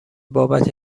بابت